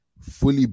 fully